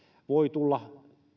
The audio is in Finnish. voi tulla